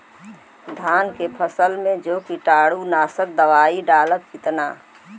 धान के फसल मे जो कीटानु नाशक दवाई डालब कितना?